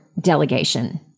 delegation